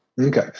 Okay